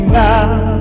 now